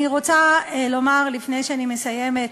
לפני שאני מסיימת,